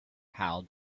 how